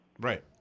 Right